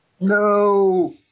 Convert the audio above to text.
No